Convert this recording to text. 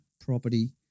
property